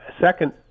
Second